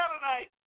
tonight